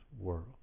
world